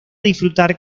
disfrutar